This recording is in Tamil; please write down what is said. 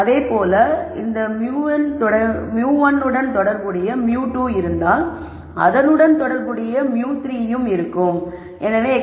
அதேபோல இந்த μ1 உடன் தொடர்புடைய μ2 இருந்தால் அதனுடன் தொடர்புடையதாக எனக்கு μ3 இருக்கும்